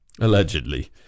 allegedly